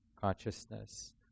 consciousness